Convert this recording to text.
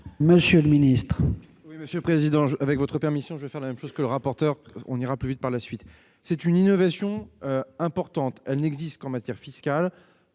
monsieur le ministre,